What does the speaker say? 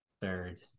third